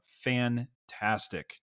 fantastic